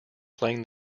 playing